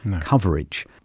coverage